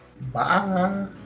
Bye